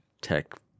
tech